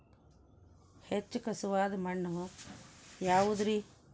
ಹೆಚ್ಚು ಖಸುವಾದ ಮಣ್ಣು ಯಾವುದು ರಿ?